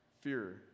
Fear